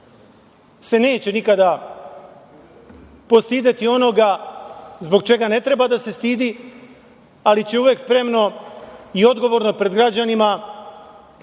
se neće nikada postideti onoga zbog čega ne treba da se stidi, ali će uvek spremno i odgovorno pred građanima pokazati